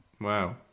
Wow